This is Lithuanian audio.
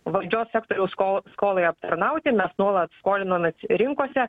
valdžios sektoriaus sko skolai aptarnauti mes nuolat skolinomės rinkose